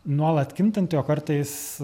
nuolat kintanti o kartais